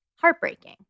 heartbreaking